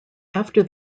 after